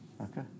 Okay